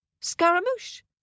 Scaramouche